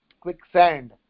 quicksand